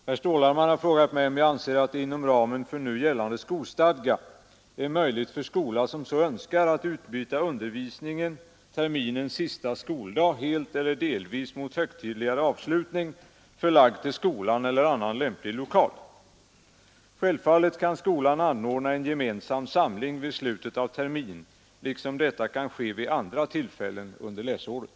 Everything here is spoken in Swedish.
Herr talman! Herr Stålhammar har frågat mig om jag anser att det inom ramen för nu gällande skolstadga är möjligt för skola som så önskar att utbyta undervisningen terminens sista skoldag helt eller delvis mot högtidligare avslutning förlagd till skolan eller annan läm plig lokal. Självfallet kan skolan anordna en gemensam samling vid slutet av termin liksom detta kan ske vid andra tillfällen under läsåret.